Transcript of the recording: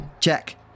Check